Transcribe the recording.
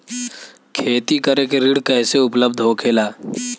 खेती करे के ऋण कैसे उपलब्ध होखेला?